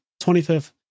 25th